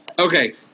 Okay